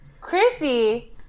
Chrissy